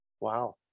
Wow